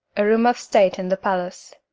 a room of state in the palace.